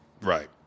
Right